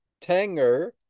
Tanger